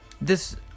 This-